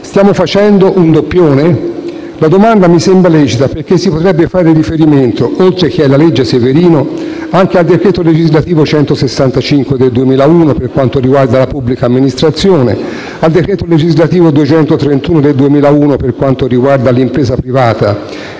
Stiamo facendo un doppione? La domanda mi sembra lecita perché si potrebbe fare riferimento, oltre che alla legge Severino, anche al decreto legislativo n. 165 del 2001 per quanto riguarda la pubblica amministrazione, al decreto legislativo n. 231 del 2001 per quanto riguarda l'impresa privata